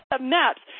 maps